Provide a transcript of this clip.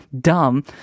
dumb